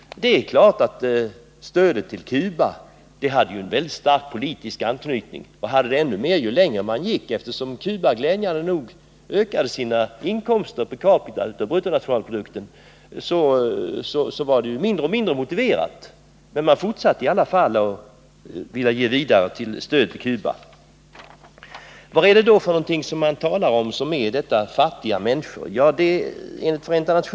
Det är klart att stödet till Cuba hade en stark politisk anknytning, och den anknytningen ökade ju längre det gick. Eftersom Cuba glädjande nog ökade sina inkomster per capita och bruttonationalprodukten var det mindre och mindre motiverat med detta stöd, men socialdemokraterna fortsatte i alla fall och ville ge stöd till Cuba. Vad är då ”fattiga människor” för något?